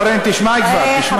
אורן, אורן, תשמע כבר, תשמע.